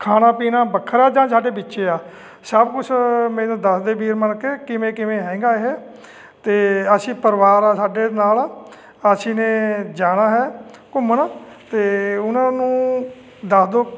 ਖਾਣਾ ਪੀਣਾ ਵੱਖਰਾ ਜਾਂ ਸਾਡੇ ਵਿੱਚੇ ਆ ਸਭ ਕੁਛ ਮੈਨੂੰ ਦੱਸਦੇ ਵੀਰ ਬਣ ਕੇ ਕਿਵੇਂ ਕਿਵੇਂ ਹੈਗਾ ਇਹ ਅਤੇ ਅਸੀਂ ਪਰਿਵਾਰ ਆ ਸਾਡੇ ਨਾਲ ਅਸੀਂ ਨੇ ਜਾਣਾ ਹੈ ਘੁੰਮਣ ਅਤੇ ਉਹਨਾਂ ਨੂੰ ਦੱਸ ਦਿਉ